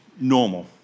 normal